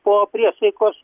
po priesaikos